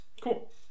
Cool